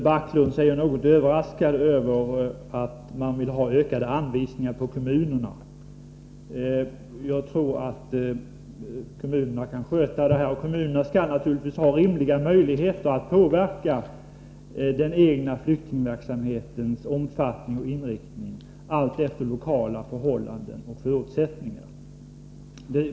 Jag är något överraskad över att Rune Backlund vill ha ökade anvisningar för kommunerna. Jag tror att kommunerna kan sköta det här själva. Kommunerna skall naturligtvis ha rimliga möjligheter att påverka den egna flyktingverksamhetens omfattning och inriktning alltefter lokala förhållanden och förutsättningar.